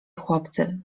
chłopcy